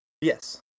Yes